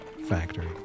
factory